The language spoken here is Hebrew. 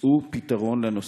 מצאו פתרון לנושא.